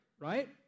right